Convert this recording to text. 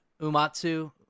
umatsu